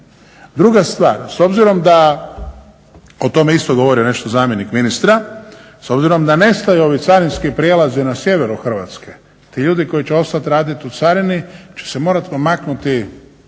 Druga stvar, s obzirom da o tome je isto govorio nešto zamjenik ministra, s obzirom da nestaju ovi carinski prijelazi na sjeveru Hrvatske, ti ljudi koji će ostati raditi u carini će se morati pomaknuti